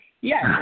yes